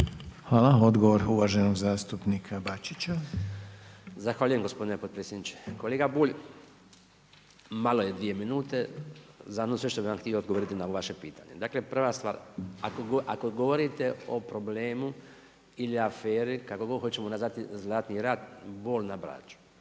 Hvala. Odgovor uvaženog zastupnika Bačića. **Bačić, Branko (HDZ)** Zahvaljujem gospodine potpredsjedniče. Kolega Bulj, malo je dvije minute za sve ono što bi vam htio odgovoriti na ovo vaše pitanje. Dakle prva stvar, ako govorite o problemu ili aferi, kako god hoćemo nazvati Zlatni rat Bol na Braču,